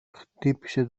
χτύπησε